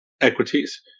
equities